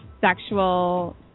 sexual